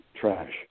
trash